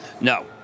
No